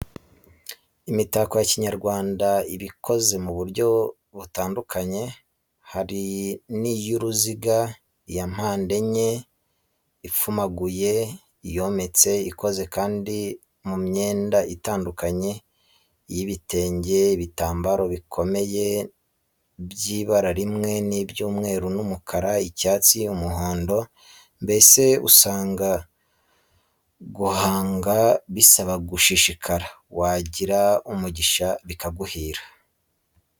Imitako ya Kinyarwanda iba ikomeze mu buryo bitandukanye, hari iy'uruziga, iya mpande enye ipfumaguye, iyometse, ikoze kandi mu myenda itandukanye, iy'ibitenge, ibitambaro bikomeye by'ibara rimwe, iby'umweru n'umukara, icyatsi, umuhondo, mbese usanga guhanga bisaba gushishikara, wagira umugisha bikaguhira.